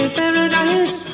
paradise